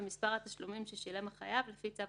במספר התשלומים ששילם החייב לפי צו